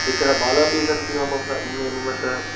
एकः बालः अपि सन्ति मम सह मे मम सह